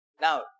now